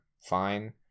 fine